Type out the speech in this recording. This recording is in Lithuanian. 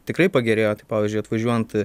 tikrai pagerėjo tai pavyzdžiui atvažiuojant